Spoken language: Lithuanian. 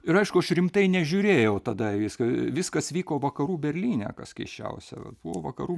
ir aišku aš rimtai nežiūrėjau tada į viską viskas vyko vakarų berlyne kas keisčiausia vat buvo vakarų